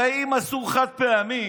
הרי אם אסור חד-פעמי,